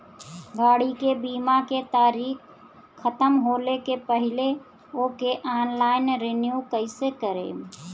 गाड़ी के बीमा के तारीक ख़तम होला के पहिले ओके ऑनलाइन रिन्यू कईसे करेम?